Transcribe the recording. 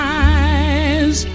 eyes